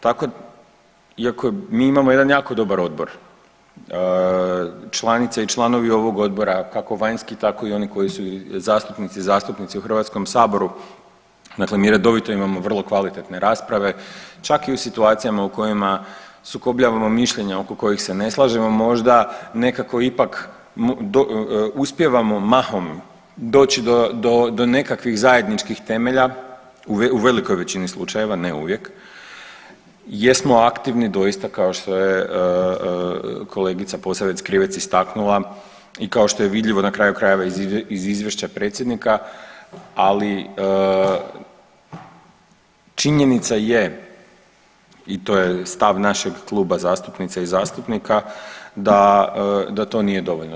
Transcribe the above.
Tako iako mi imamo jedan jako dobar odbor članice i članovi ovog odbora, kako vanjski tako i oni koji su zastupnice i zastupnici u HS dakle mi redovito imamo vrlo kvalitetne rasprave, čak i u situacijama u kojima sukobljavamo mišljenja oko kojih se ne slažemo, možda nekako ipak uspijevamo mahom doći do, do nekakvih zajedničkih temelja u velikoj većini slučajeva, ne uvijek jesmo aktivni doista kao što je kolegica Posavec Krivec istaknula i kao što je vidljivo na kraju krajeva iz izvješća predsjednika, ali činjenica je i to je stav našeg kluba zastupnica i zastupnika da to nije dovoljno.